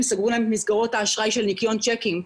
סגרו להם את מסגרות האשראי של ניכיון צ'קים.